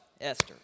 Esther